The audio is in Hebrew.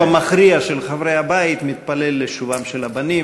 המכריע של חברי הבית מתפלל לשובם של הבנים,